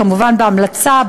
כמובן בהמלצה,